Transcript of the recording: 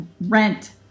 rent